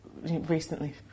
recently